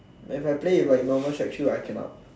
if I play with normal track shoe I cannot